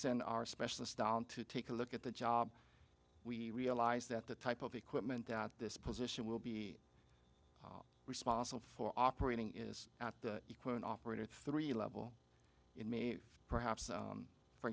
send our specialist on to take a look at the job we realize that the type of equipment that this position will be responsible for operating is at equal an operator three level in may perhaps